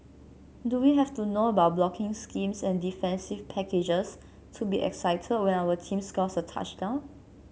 do we have to know about blocking schemes and defensive packages to be excited when our team scores a touchdown